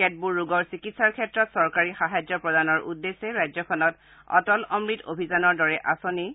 কেতবোৰ ৰোগৰ চিকিৎসাৰ ক্ষেত্ৰত চৰকাৰী সাহায্য প্ৰদানৰ উদ্দেশ্যে ৰাজ্যখনত অটল অমৃত অভিযানৰ দৰে অভিলাযী আঁচনি